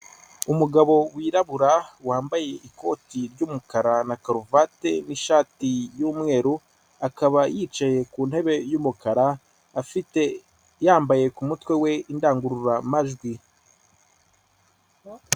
Umugabo wirabura wambaye ikoti ry'umukara, na karuvati, n'shati yumweru akaba yicaye ku ntebe yumukara afite yambaye kumutwe we indangururamajwi.